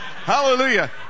hallelujah